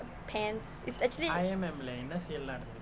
pants is actually